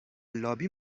لابی